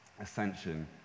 ascension